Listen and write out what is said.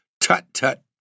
Tut-tut